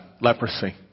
leprosy